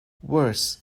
worse